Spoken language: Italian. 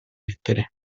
lettere